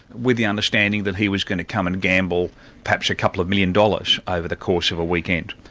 with the understanding that he was going to come and gamble perhaps a couple of million dollars over the course of a weekend.